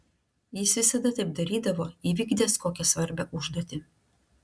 jis visada taip darydavo įvykdęs kokią svarbią užduotį